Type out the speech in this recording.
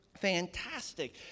fantastic